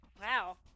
wow